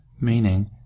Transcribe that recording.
Meaning